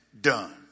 done